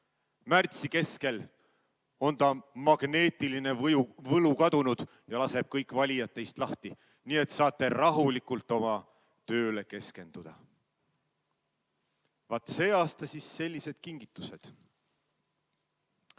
Märtsi keskel on ta magneetiline võlu kadunud ja kõik valijad lasevad teist lahti, nii et saate rahulikult oma tööle keskenduda. Vaat see aasta siis sellised kingitused.